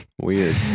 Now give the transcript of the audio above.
weird